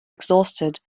exhausted